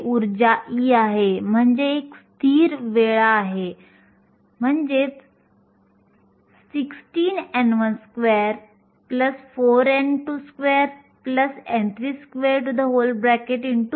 पूर्वी आपण पाहिले की दोन विखुरलेल्या घटनांमधील वेळ 2 x 10 13 सेकंद किंवा 0